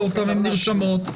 הן נרשמות.